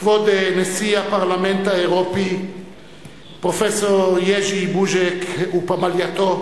כבוד נשיא הפרלמנט האירופי פרופסור יז'י בוז'ק ופמלייתו,